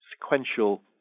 sequential